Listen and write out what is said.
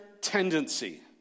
tendency